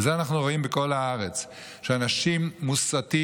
ואת זה אנחנו רואים